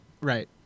right